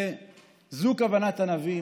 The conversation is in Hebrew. וזו כוונת הנביא.